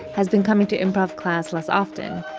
has been coming to improv class less often.